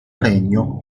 regno